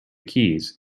keys